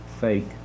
fake